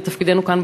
ותפקידנו כאן,